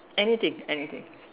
anything anything